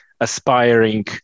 aspiring